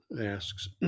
asks